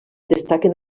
destaquen